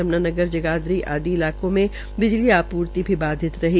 यम्नानगर जगाधरी आदि इलाकों में बिजली आपूर्ति की बाधित हई